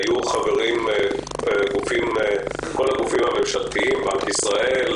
היו חברים כל הגופים הממשלתיים: בנק ישראל,